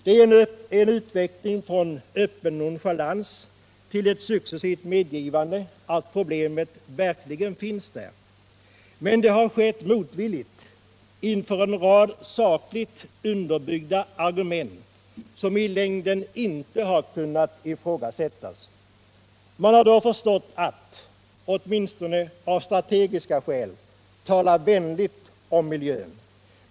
Det är en utveckling från öppen nonchalans till ett successivt medgivande av att problemet finns där. Men det har skett motvilligt inför en rad sakligt underbyggda argument, som i längden inte har kunnat ifrågasättas. Man har då förstått att — åtminstone 157 av strategiska skäl — tala vänligt om miljön.